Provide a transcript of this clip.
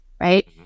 right